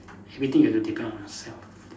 everything you have to depend on yourself